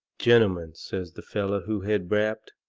gentlemen, says the feller who had rapped,